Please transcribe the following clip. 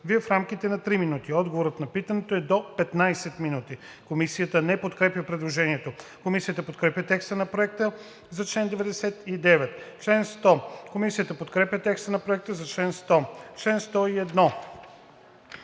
развие в рамките на 3 минути. Отговорът на питането е до 15 минути“.“ Комисията не подкрепя предложението. Комисията подкрепя текста на Проекта за чл. 99. Комисията подкрепя текста на Проекта за чл. 100. По чл.